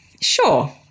sure